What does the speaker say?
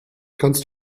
kannst